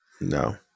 No